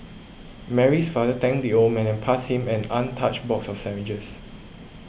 Mary's father thanked the old man and passed him an untouched box of sandwiches